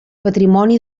patrimoni